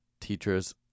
teachers